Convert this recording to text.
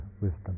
wisdom